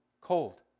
cold